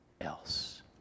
else